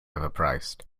overpriced